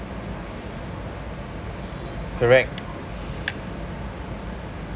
correct